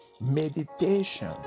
meditation